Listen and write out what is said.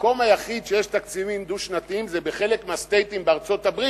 המקום היחיד שיש תקציבים דו-שנתיים זה בחלק מהסטייטים בארצות-הברית,